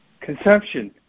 consumption